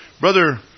Brother